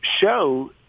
show